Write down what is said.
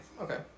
Okay